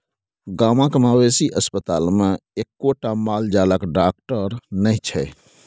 गामक मवेशी अस्पतालमे एक्कोटा माल जालक डाकटर नहि छै